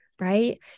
right